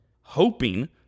Hoping